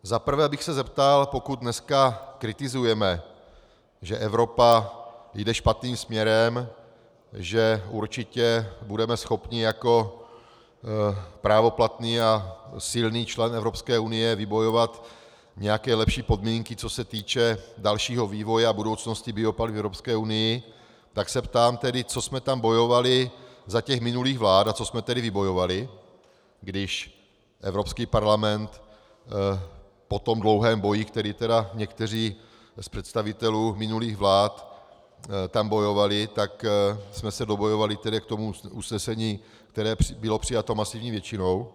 Za prvé bych se zeptal, pokud dnes kritizujeme, že Evropa jde špatným směrem, že určitě budeme schopni jako právoplatný a silný člen Evropské unie vybojovat nějaké lepší podmínky, co se týče dalšího vývoje a budoucnosti biopaliv v Evropské unii, tak se ptám, co jsme tam bojovali za těch minulých vlád a co jsme tedy vybojovali, když Evropský parlament po tom dlouhém boji, který někteří z představitelů minulých vlád tam bojovali, tak jsme se dobojovali k tomu usnesení, které bylo přijato masivní většinou.